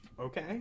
Okay